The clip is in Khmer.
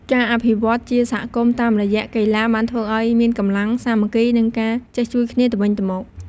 ការអភិវឌ្ឍជាសហគមន៍តាមរយៈកីឡាបានធ្វើឲ្យមានកម្លាំងសាមគ្គីនិងការចេះជួយគ្នាទៅវិញទៅមក។